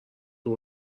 توی